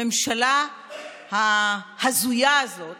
הממשלה ההזויה הזאת